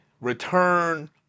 return